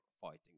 fighting